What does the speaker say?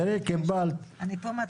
אני פה מתחילת הדיון.